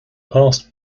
passed